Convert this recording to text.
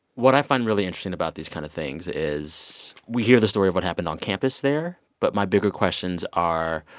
what i find really interesting about these kind of things is, we hear the story of what happened on campus there. but my bigger questions are,